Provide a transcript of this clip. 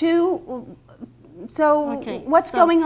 too so what's going